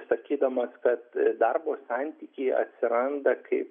sakydamas kad darbo santykiai atsiranda kaip